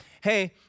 hey